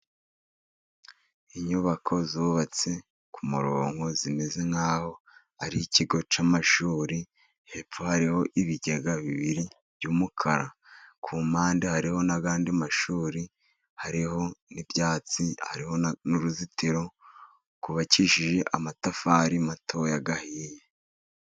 Inyubako zubatse ku murongo zimeze nk'aho ari ikigo cy'amashuri, hepfo hariho ibigega bibiri by'umukara, ku mpande hari n'andi mashuri, hariho n'ibyatsi, hariho n'uruzitiro, kubakishije amatafari matoya ahiye.